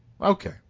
Okay